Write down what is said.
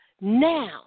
now